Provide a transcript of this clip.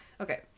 Okay